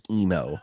emo